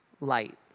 light